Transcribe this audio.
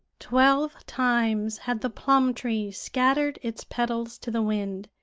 twelve times had the plum-tree scattered its petals to the wind,